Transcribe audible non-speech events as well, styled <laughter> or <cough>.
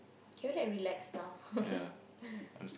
can we like relax now <laughs>